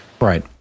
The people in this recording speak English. Right